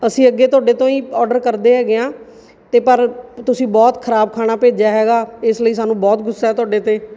ਅਸੀਂ ਅੱਗੇ ਤੁਹਾਡੇ ਤੋਂ ਹੀ ਔਡਰ ਕਰਦੇ ਹੈਗੇ ਹਾਂ ਅਤੇ ਪਰ ਤੁਸੀਂ ਬਹੁਤ ਖ਼ਰਾਬ ਖਾਣਾ ਭੇਜਿਆ ਹੈਗਾ ਇਸ ਲਈ ਸਾਨੂੰ ਬਹੁਤ ਗੁੱਸਾ ਤੁਹਾਡੇ 'ਤੇ